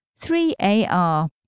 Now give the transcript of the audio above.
3AR